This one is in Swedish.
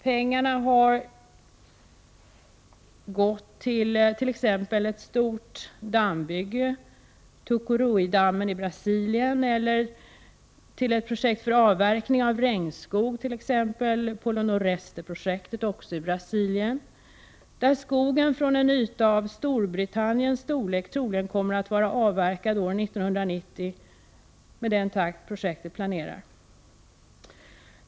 Pengarna har exempelvis gått till ett stort dammbygge, Tucuruidammen i Brasilien, till ett projekt för avverkning av regnskog, Polonoresteprojektet i Brasilien, där skogen från en yta av Storbritanniens storlek troligen kommer att vara avverkad år 1990, om den planerade takten i projektet håller.